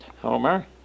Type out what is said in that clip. Homer